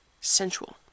sensual